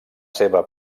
seva